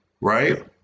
Right